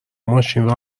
ماشین